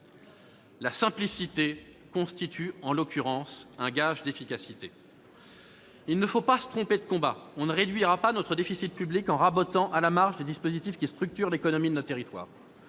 La simplicité constitue, en l'occurrence, un gage d'efficacité ! Il ne faut pas se tromper de combat : on ne réduira pas notre déficit public en rabotant à la marge des dispositifs qui structurent l'économie de nos territoires.